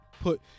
put